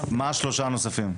מהם שלושת הנוספים?